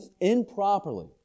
improperly